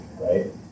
right